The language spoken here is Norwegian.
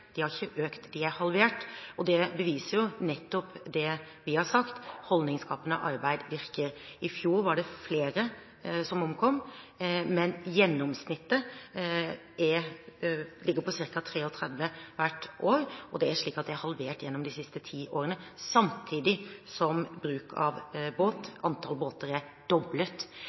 de halvert. De har ikke økt, de er halvert, og det beviser nettopp det vi har sagt: Holdningsskapende arbeid virker. I fjor var det flere som omkom, men gjennomsnittet ligger på ca. 33 hvert år, og det er halvert i løpet av de siste ti årene, samtidig som bruk av båt og antall båter er doblet.